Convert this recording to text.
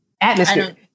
atmosphere